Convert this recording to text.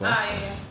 ah ya ya